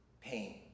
pain